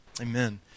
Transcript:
Amen